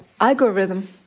algorithm